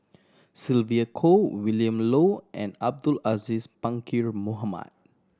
Sylvia Kho Willin Low and Abdul Aziz Pakkeer Mohamed